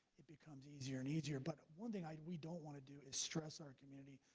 it becomes easier and easier but one thing i we don't want to do is stress our community.